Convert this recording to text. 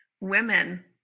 women